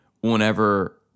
whenever